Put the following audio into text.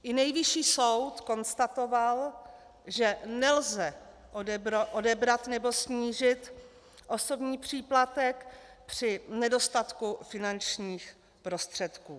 I Nejvyšší soud konstatoval, že nelze odebrat nebo snížit osobní příplatek při nedostatku finančních prostředků.